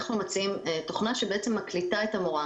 אנחנו מציעים תוכנה שמקליטה את המורה.